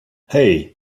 hey